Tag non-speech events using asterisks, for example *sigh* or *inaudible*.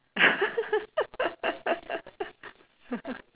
*laughs*